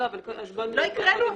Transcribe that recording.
--- מנסים לגרור את